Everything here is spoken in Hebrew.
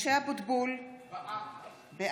בשמות חברי הכנסת) משה אבוטבול,